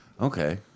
Okay